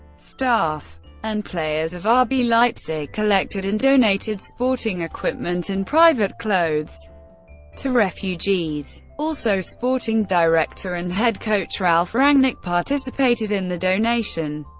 staff and players of ah rb leipzig collected and donated sporting equipment and private clothes to refugees. also sporting director and head coach ralf rangnick participated in the donation,